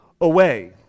away